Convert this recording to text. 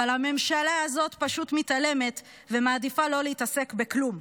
אבל הממשלה הזאת פשוט מתעלמת ומעדיפה שלא להתעסק בכלום.